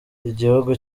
igihugu